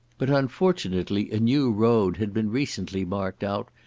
but unfortunately a new road had been recently marked out,